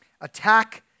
attack